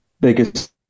biggest